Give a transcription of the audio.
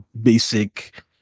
basic